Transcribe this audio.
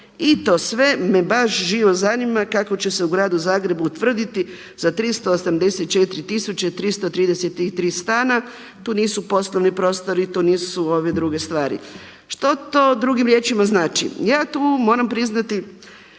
I to sve me baš živo zanima kako će se u Gradu Zagrebu utvrditi za 384 333 stana. Tu nisu poslovni prostori, tu nisu ove druge stvari. Što to drugim riječima znači? Ja tu moram priznati